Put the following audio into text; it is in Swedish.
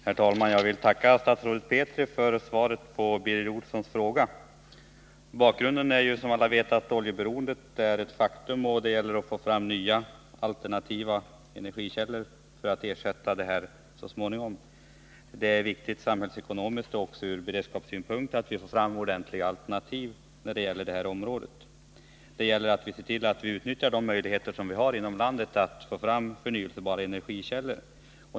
Herr talman! Jag vill tacka statsrådet Petri för svaret på Birger Olssons fråga. Bakgrunden är, som alla vet, att oljeberoendet är ett faktum. Det gäller att få fram nya, alternativa energikällor för att så småningom ersätta oljan. Det är viktigt samhällsekonomiskt och även från beredskapssynpunkt att vi får fram ordentliga alternativ på det här området. Vi måste utnyttja de möjligheter vi har inom landet att få fram förnybara energikällor.